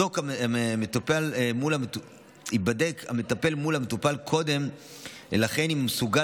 המטפל מול המטופל קודם לכן אם הוא מסוגל